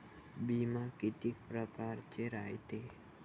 बिमा कितीक परकारचा रायते?